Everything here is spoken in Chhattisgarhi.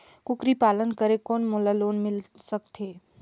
कूकरी पालन करे कौन मोला लोन मिल सकथे?